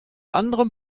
anderem